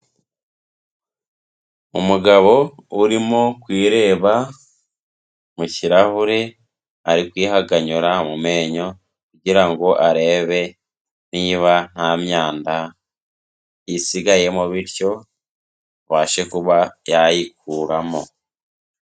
Umugabo urimo kwireba mu kirahure, ari kwihaganyura mu menyo kugira ngo arebe niba nta myanda isigayemo bityo abashe kuba yayikuramo.